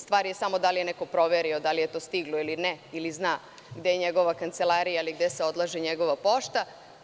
Stvar je samo da li je neko proverio da li je to stiglo ili ne ili da zna gde je njegova kancelarija ili gde se odlaže njegova pošta.